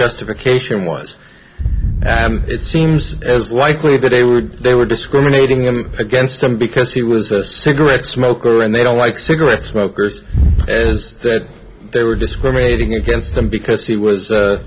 justification was it seems as likely that they were they were discriminated against because he was a cigarette smoker and they don't like cigarette smokers as they were discriminating against him because he was